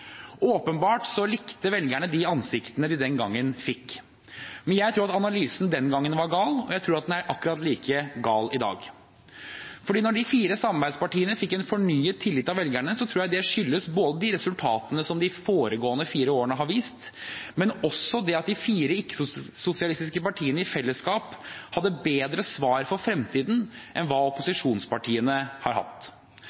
Åpenbart likte velgerne de ansiktene de den gangen fikk. Men jeg tror at analysen den gang var gal, og jeg tror den er akkurat like gal i dag. For når de fire samarbeidspartiene fikk fornyet tillit av velgerne, tror jeg det skyldtes de resultatene som de foregående fire årene hadde vist, men også at de fire ikke-sosialistiske partiene i fellesskap hadde bedre svar på fremtiden enn hva